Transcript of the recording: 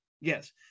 Yes